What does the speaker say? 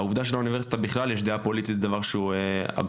העובדה שלאוניברסיטה בכלל יש דעה פוליטית זה דבר שהוא אבסורדי.